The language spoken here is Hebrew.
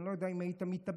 אני לא יודע אם היית מתאבד,